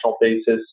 basis